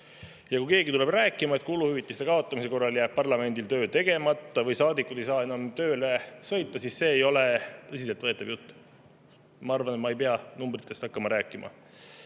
Kui keegi tuleb rääkima, et kuluhüvitiste kaotamise korral jääb parlamendil töö tegemata või saadikud ei saa enam tööle sõita, siis see ei ole tõsiseltvõetav jutt. Ma arvan, ma ei pea numbritest hakkama rääkima.